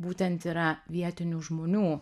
būtent yra vietinių žmonių